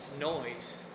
noise